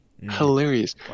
Hilarious